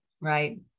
Right